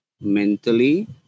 mentally